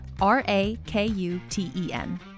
R-A-K-U-T-E-N